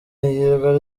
yirirwa